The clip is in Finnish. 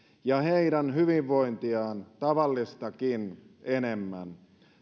ja heidän hyvinvointiaan tavallistakin enemmän